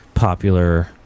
popular